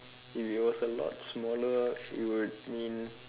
if it was a lot smaller it would mean